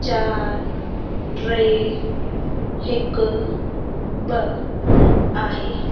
चारि टे हिकु ॿ आहे